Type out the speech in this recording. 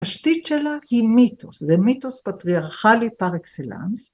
‫תשתית שלה היא מיתוס, ‫זה מיתוס פטריארכלי פר אקסלנס.